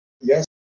Yes